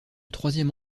troisième